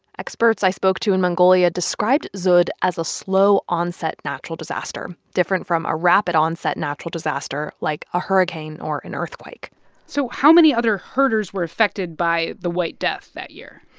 experts i spoke to in mongolia described dzud as a slow onset natural disaster, different from a rapid onset natural disaster like a hurricane or an earthquake so how many other herders were affected by the white death that year?